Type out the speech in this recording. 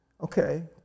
Okay